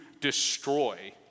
destroy